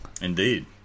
Indeed